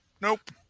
Nope